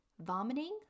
vomiting